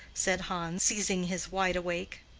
said hans, seizing his wide-awake.